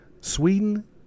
Sweden